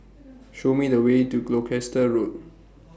Show Me The Way to Gloucester Road